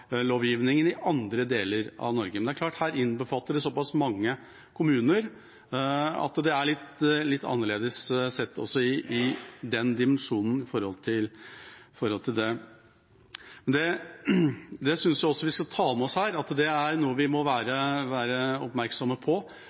det trengs andre virkemidler på nivå med markalovgivningen i andre deler av Norge. Men det er klart at det innbefatter såpass mange kommuner at det er litt annerledes sett også i den dimensjonen. Jeg synes vi skal ta med oss at det er noe vi må være oppmerksomme på.